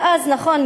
ואז נכון,